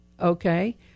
okay